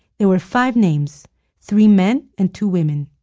there were five names three men and two women.